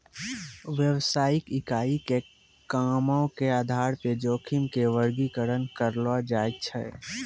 व्यवसायिक इकाई के कामो के आधार पे जोखिम के वर्गीकरण करलो जाय छै